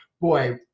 boy